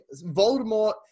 Voldemort